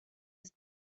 ist